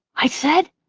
i said.